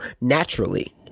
naturally